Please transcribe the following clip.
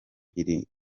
iri